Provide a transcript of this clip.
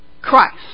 Christ